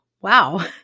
wow